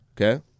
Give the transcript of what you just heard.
Okay